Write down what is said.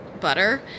butter